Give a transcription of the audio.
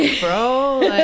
bro